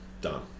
Done